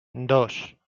dos